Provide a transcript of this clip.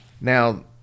Now